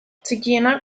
txikiena